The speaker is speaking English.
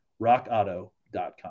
RockAuto.com